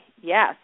yes